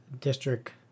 District